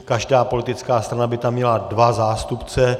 Každá politická strana by tam měla dva zástupce.